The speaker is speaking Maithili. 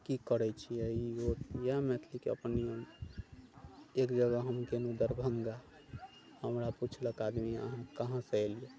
की करैत छियै इएह मैथिलीके अपन नियम एक जगह हम गेलहुँ दरभंगा हमरा पुछलक आदमी अहाँ कहाँसँ एलियै